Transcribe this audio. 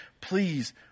please